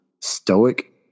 stoic